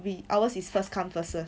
we ours is first come first serve